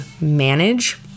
manage